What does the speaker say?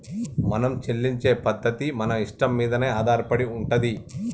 మనం చెల్లించే పద్ధతి మన ఇష్టం మీదనే ఆధారపడి ఉంటది